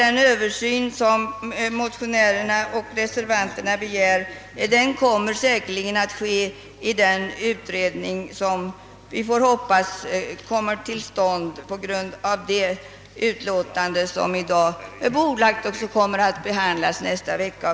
Den översyn, som motionärerna och reservanterna begär, kommer säkerligen att göras i den utredning som vi får hoppas kommer till stånd på grund av det utlåtande som i dag är bordlagt och som kommer att behandlas nästa vecka.